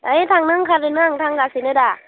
ओइ थांनो ओंखारदोंनो आं थांगासिनो दा